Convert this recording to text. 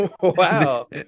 Wow